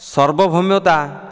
ସର୍ବଭୌମ୍ୟତା